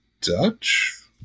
Dutch